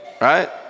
right